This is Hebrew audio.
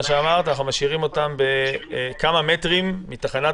אנחנו משאירים אותם כמה מטרים מתחנת